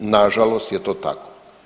Nažalost je to tako.